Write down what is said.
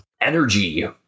energy